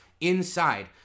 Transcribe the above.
Inside